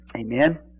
Amen